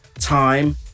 Time